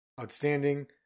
Outstanding